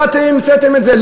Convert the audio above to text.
לא אתם המצאתם את זה,